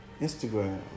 Instagram